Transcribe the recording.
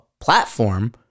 platform